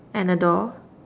and a door